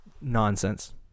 nonsense